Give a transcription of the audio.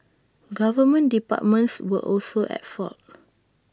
government departments were also at fault